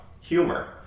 humor